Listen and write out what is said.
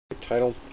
title